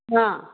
ꯍꯥ